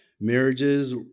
Marriages